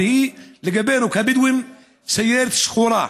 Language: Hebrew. אבל היא לגבינו הבדואים סיירת שחורה,